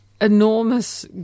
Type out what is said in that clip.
enormous